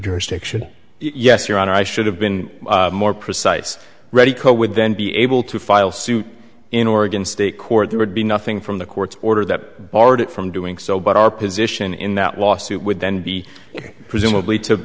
jurisdiction yes your honor i should have been more precise ready co would then be able to file suit in oregon state court there would be nothing from the court's order that already from doing so but our position in that lawsuit would then be presumably to